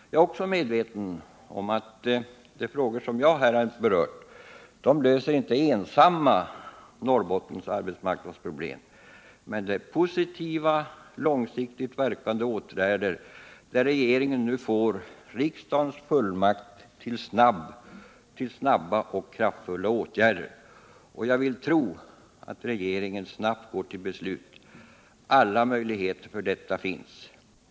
Jag är medveten om att dessa frågor inte ensamma löser Norrbottens arbetsmarknadsproblem, men det är positiva, långsiktigt verkande åtgärder där regeringen nu får riksdagens fullmakt att vidta skyndsamma och kraftfulla åtgärder. Jag vill tro att regeringen snabbt går till beslut. Alla möjligheter för detta finns.